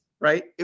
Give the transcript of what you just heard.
right